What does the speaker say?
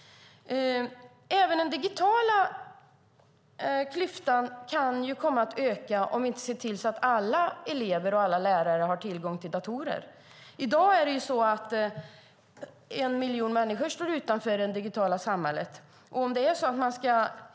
Även den digitala klyftan kan komma att öka om vi inte ser till att alla elever och alla lärare har tillgång till datorer. I dag står en miljon människor utanför det digitala samhället.